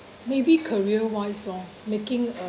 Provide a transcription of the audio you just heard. maybe career wise lor making a